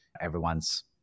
everyone's